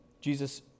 Jesus